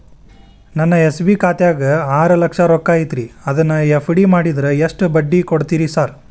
ನನ್ನ ಎಸ್.ಬಿ ಖಾತ್ಯಾಗ ಆರು ಲಕ್ಷ ರೊಕ್ಕ ಐತ್ರಿ ಅದನ್ನ ಎಫ್.ಡಿ ಮಾಡಿದ್ರ ಎಷ್ಟ ಬಡ್ಡಿ ಕೊಡ್ತೇರಿ ಸರ್?